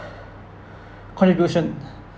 contribution